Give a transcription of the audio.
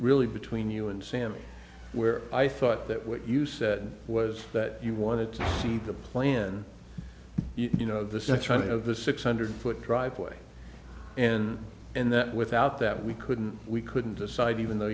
really between you and sam where i thought that what you said was that you wanted to see the plan you know the sexuality of the six hundred foot driveway and in that without that we couldn't we couldn't decide even though